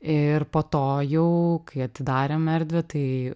ir po to jau kai atidarėm erdvę tai